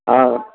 आं